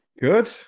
good